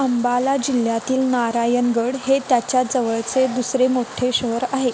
अंबाला जिल्ह्यातील नारायणगढ हे त्याच्याजवळचे दुसरे मोठ्ठे शहर आहे